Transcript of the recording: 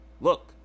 look